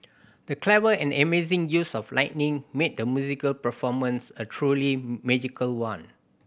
the clever and amazing use of lighting made the musical performance a truly magical one